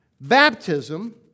Baptism